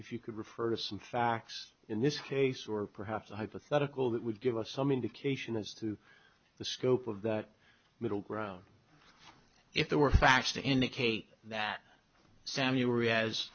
if you could refer to some facts in this case or perhaps a hypothetical that would give us some indication as to the scope of that middle ground if there were facts to indicate that samuel